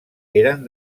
eren